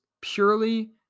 purely